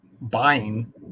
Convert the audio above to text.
buying